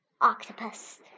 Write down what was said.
octopus